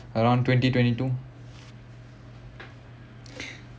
around twenty twenty two